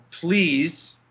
please